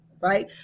right